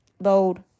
bold